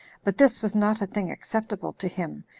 but this was not a thing acceptable to him,